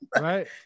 Right